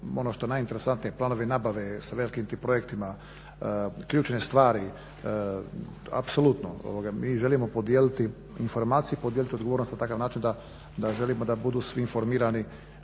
ono što je najinteresantnije, planovi nabave sa velikim tim projektima, ključne stvari, apsolutno. Mi želimo podijeliti informacije i podijeliti odgovornost na takav način da želimo da budu svi informirani